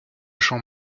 jean